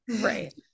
Right